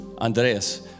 Andreas